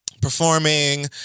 performing